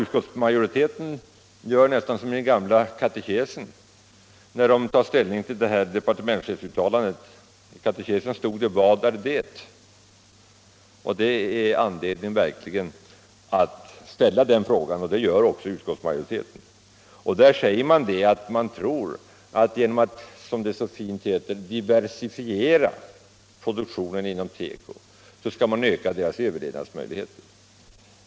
Utskottsmajoriteten gör nästan som i den gamla katekesen när man tar ställning till detta departementschefens uttalande. I katekesen står det: ”Vad är det?” Det är verkligen anledning att ställa den frågan, och det gör också utskottsmajoriteten. I betänkandet sägs det då att genom att — som det så fint heter — diversifiera produktionen inom teko skall man öka dess överlevnadsmöjligheter.